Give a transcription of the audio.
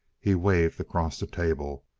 he waved across the table.